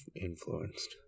influenced